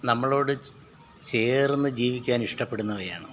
നമ്മളോട് ചേർന്ന് ജീവിക്കാൻ ഇഷ്ടപ്പെടുന്നവയാണ്